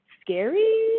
scary